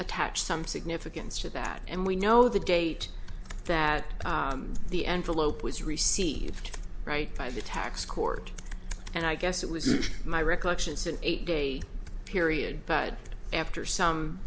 attach some significance to that and we know the date that the envelope was received right by the tax court and i guess that was my recollection is an eight day period but after some